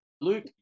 Luke